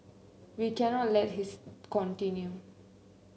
we cannot let his continue